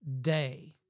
day